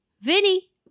Vinny